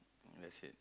let's say